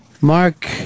Mark